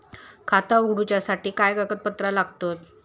खाता उगडूच्यासाठी काय कागदपत्रा लागतत?